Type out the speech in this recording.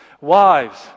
Wives